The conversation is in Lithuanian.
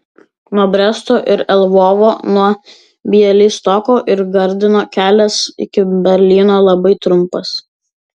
nuo bresto ir lvovo nuo bialystoko ir gardino kelias iki berlyno labai trumpas